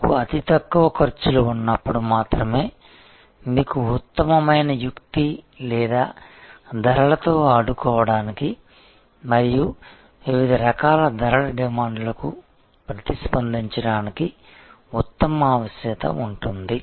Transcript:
మీకు అతి తక్కువ ఖర్చులు ఉన్నప్పుడు మాత్రమే మీకు ఉత్తమమైన యుక్తి లేదా ధరలతో ఆడుకోవడానికి మరియు వివిధ రకాల ధరల డిమాండ్లకు ప్రతిస్పందించడానికి ఉత్తమ వశ్యత ఉంటుంది